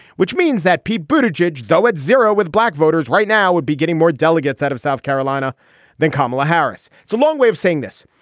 which means that p buddah jej, though, at zero with black voters right now, would be getting more delegates out of south carolina than kamala harris. it's a long way of saying this,